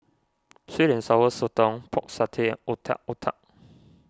Sweet and Sour Sotong Pork Satay Otak Otak